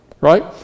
right